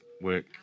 work